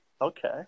Okay